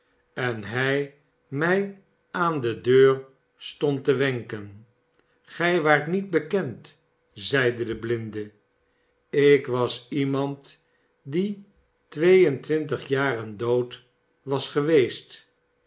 en hij mij aan de deur stond te wenken gij waart niet bekend zeide de blinde ik was iemand die twee en twintig jaren dood was geweest